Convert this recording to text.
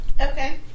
Okay